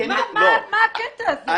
מה הקטע הזה?